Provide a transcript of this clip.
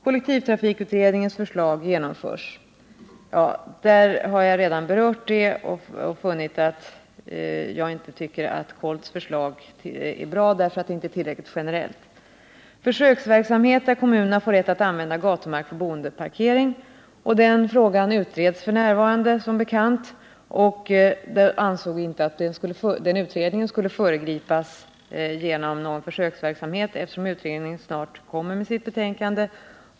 Kollektivtrafikutredningens förslag genomförs. — Det har jag redan berört och funnit att jag inte tycker att KOLT:s förslag är bra därför att det inte är tillräckligt generellt. Försöksverksamhet där kommunerna får rätt att använda gatumark för boendeparkering. — Detta utreds f. n. som bekant. Vi ansåg inte att den utredningen skulle föregripas genom någon försöksverksamhet eftersom utredningen snart lägger fram sitt betänkande.